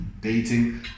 dating